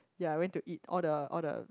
ya went to eat all the all the